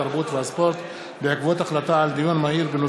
התרבות והספורט בעקבות דיון מהיר בהצעתו של חבר הכנסת